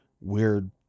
weird